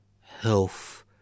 health